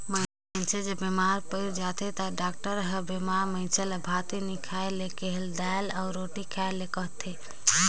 मइनसे जब बेमार पइर जाथे ता डॉक्टर हर बेमार मइनसे ल भात नी खाए ले कहेल, दाएल अउ रोटी खाए ले कहथे